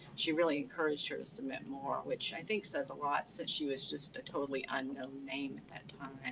she really encouraged her to submit more, which i think says a lot since she was just a totally unknown name at that and